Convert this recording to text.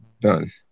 done